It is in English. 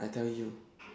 I tell you